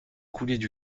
coulaient